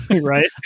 right